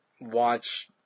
watch